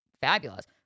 fabulous